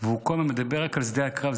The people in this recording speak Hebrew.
והוא כל הזמן מדבר רק על שדה הקרב,